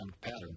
pattern